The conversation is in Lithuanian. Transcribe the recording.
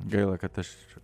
gaila kad aš